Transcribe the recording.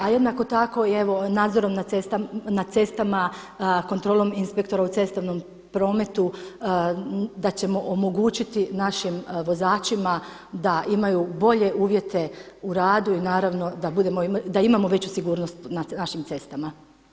A jednako tako evo nadzorom na cestama, kontrola inspektora u cestovnom prometu da ćemo omogućiti našim vozačima da imaju bolje uvjete u radu i da imamo veću sigurnost na našim cestama.